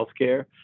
healthcare